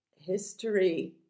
history